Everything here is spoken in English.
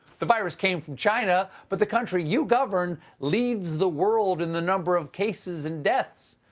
the virus came from china but the country you govern leads the world in the number of cases and deaths.